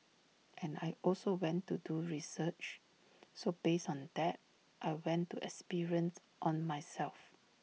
and I also went to do research so based on that I went to experiments on myself